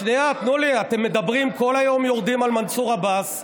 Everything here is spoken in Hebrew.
מנסור עבאס,